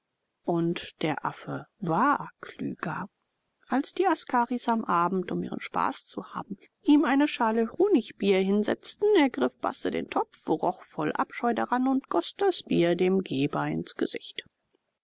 und der affe war klüger als die askaris am abend um ihren spaß zu haben ihm eine schale honigbier hinsetzten ergriff basse den topf roch voll abscheu daran und goß das bier dem geber ins gesicht